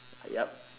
yup